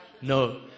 no